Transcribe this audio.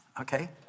Okay